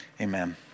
Amen